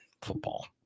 football